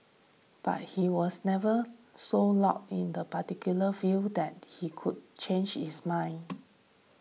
but he was never so locked in the particular view that he could change his mind